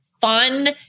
fun